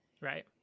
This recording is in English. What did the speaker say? right